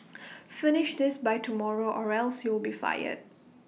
finish this by tomorrow or else you'll be fired